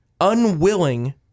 unwilling